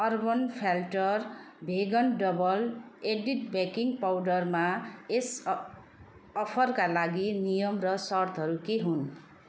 urban platter vegan double added baking पाउडरमा यस अ अफरका लागि नियम र सर्तहरू के हुन्